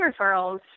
referrals